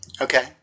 Okay